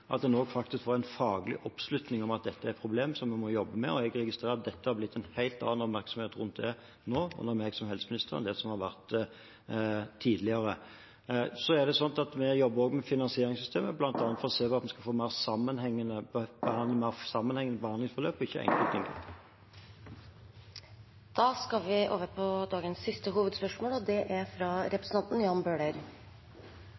at en faktisk får en faglig oppslutning om at dette er et problem som en må jobbe med. Jeg registrerer at det har blitt en helt annen oppmerksomhet rundt det nå, under meg som helseminister, enn det har vært tidligere. Så jobber vi også med finansieringssystemet, bl.a. for å se om vi kan få mer sammenheng i behandlingsforløp. Vi går til siste hovedspørsmålet. Spørsmålet mitt går til samfunnssikkerhetsministeren. Jeg mener at vi i arbeidet med beredskap må være mer opptatt av beskyttelse av sivilbefolkningen, for vi vet at trusselbildet er